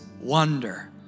wonder